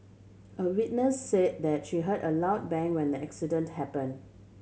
a witness say that she heard a loud bang when the accident happen